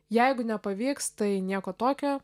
jeigu nepavyks tai nieko tokio